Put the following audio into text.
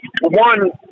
One